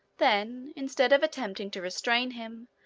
then, instead of attempting to restrain him,